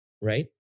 right